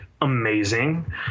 Amazing